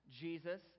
Jesus